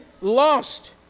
lost